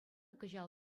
кӑҫал